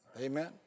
Amen